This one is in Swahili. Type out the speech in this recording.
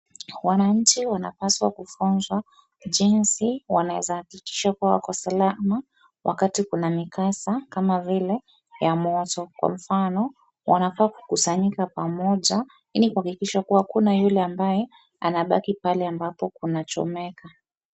Wananchi wanapaswa kufuzwa jinsi wanaezajiokoa kwa salama wakati kuna mikasa kama vile ya moto. Kwa mfano wanafaa kukusanyika pamoja ili kuhakikisha hakuna yule ambaye anabaki pale ambapo kunachomeka.